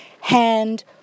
Hand